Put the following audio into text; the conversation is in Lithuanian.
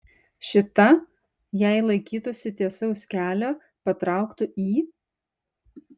šita jei laikytųsi tiesaus kelio patrauktų į